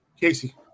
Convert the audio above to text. Casey